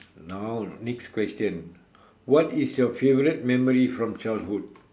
now next question what is your favourite memory from childhood